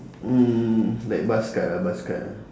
mm like buzz cut ah buzz cut